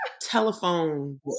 telephone